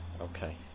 Okay